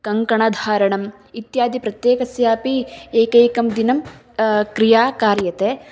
कङ्कणधारणम् इत्यादि प्रत्येकस्यापि एकैकं दिनं क्रिया कार्यते